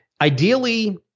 ideally